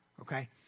okay